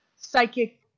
psychic